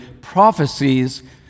prophecies